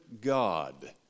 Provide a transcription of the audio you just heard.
God